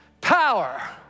Power